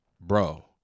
Bro